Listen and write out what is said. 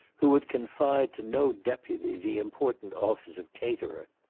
who would confide to no deputy the important office of caterer.